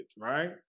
right